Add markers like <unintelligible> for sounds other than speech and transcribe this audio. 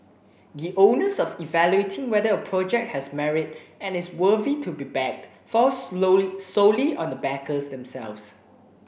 the onus of evaluating whether a project has merit and is worthy to be backed falls <unintelligible> solely on the backers themselves